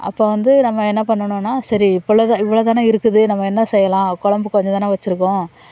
அப்போ வந்து நம்ம என்ன பண்ணனும்னா சரி இப்பள இவ்வளதானே இருக்குது நம்ம என்ன செய்யலாம் குழம்பு கொஞ்சந்தானே வச்சிருக்கோம்